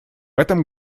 этом